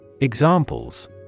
Examples